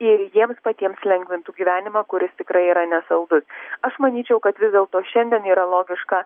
ir jiems patiems lengvintų gyvenimą kuris tikrai yra nesaldus aš manyčiau kad vis dėlto šiandien yra logiška